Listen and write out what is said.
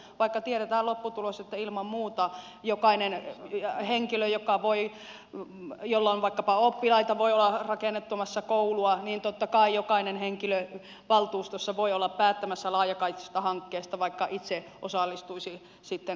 vaikka tiedetään lopputulos että ilman muuta jokainen henkilö valtuustossa jolla on vaikkapa oppilaita joka voi olla rakennuttamassa koulua totta kai voi olla päättämässä laajakaistahankkeesta vaikka itse osallistuisi sitten hankkeen käyttöön